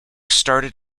started